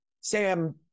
Sam